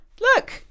Look